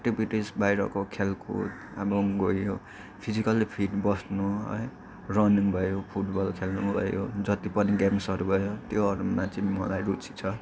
activities बाहिरको खेलकुद अब गयो फिजिकल्ली फिट बस्नु है रनिङ भयो फुटबल खेल्नु भयो जति पनि गेम्सहरू भयो त्योहरूमा चाहिँ मलाई रुचि छ